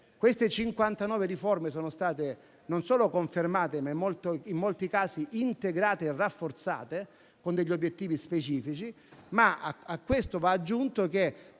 Queste 59 riforme sono state non solo confermate, ma in molti casi integrate e rafforzate con degli obiettivi specifici. A questo va aggiunto che